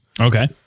Okay